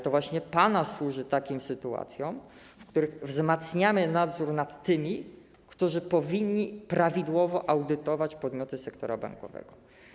To właśnie PANA służy w takich sytuacjach, w których wzmacniamy nadzór nad tymi, którzy powinni prawidłowo audytować podmioty sektora bankowego.